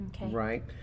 right